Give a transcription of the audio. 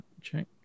Check